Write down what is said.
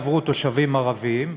אם יעברו תושבים ערבים,